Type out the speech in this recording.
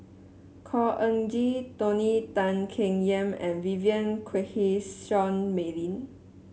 Khor Ean Ghee Tony Tan Keng Yam and Vivien Quahe Seah Mei Lin